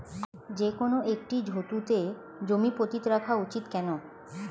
যেকোনো একটি ঋতুতে জমি পতিত রাখা উচিৎ কেন?